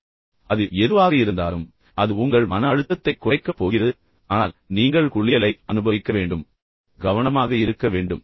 எனவே அது எதுவாக இருந்தாலும் அது உங்கள் மன அழுத்தத்தைக் குறைக்கப் போகிறது ஆனால் நீங்கள் குளியலை அனுபவிக்க வேண்டும் நீங்கள் கவனமாக இருக்க வேண்டும்